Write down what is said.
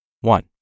One